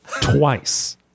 twice